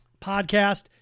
podcast